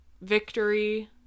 victory